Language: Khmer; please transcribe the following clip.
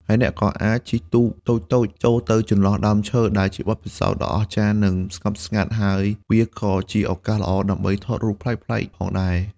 ហើយអ្នកក៏អាចជិះទូកតូចៗចូលទៅចន្លោះដើមឈើ ដែលជាបទពិសោធន៍ដ៏អស្ចារ្យ និងស្ងប់ស្ងាត់ ហើយវាក៏ជាឱកាសល្អដើម្បីថតរូបភាពប្លែកៗផងដែរ។